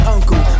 Uncle